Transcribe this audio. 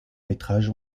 métrages